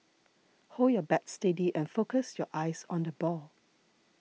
hold your bat steady and focus your eyes on the ball